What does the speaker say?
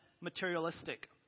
materialistic